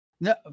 No